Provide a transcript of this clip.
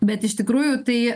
bet iš tikrųjų tai